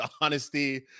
honesty